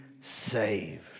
saved